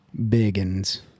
Biggins